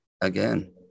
again